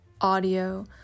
audio